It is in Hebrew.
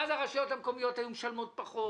ואז הרשויות המקומיות היו משלמות פחות